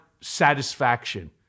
satisfaction